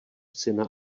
syna